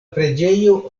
preĝejo